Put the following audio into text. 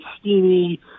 steamy